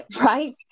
Right